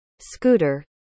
Scooter